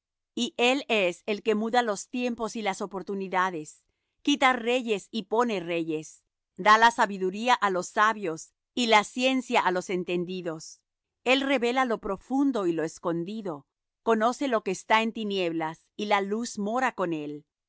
y él es el que muda los tiempos y las oportunidades quita reyes y pone reyes da la sabiduría á los sabios y la ciencia á los entendidos el revela lo profundo y lo escondido conoce lo que está en tinieblas y la luz mora con él